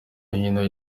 hino